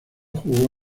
jugó